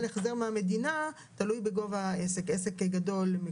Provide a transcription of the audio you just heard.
החזר מהמדינה תלוי בגודל העסק שלו.